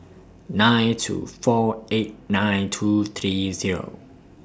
nine two four eight nine two three Zero